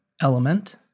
element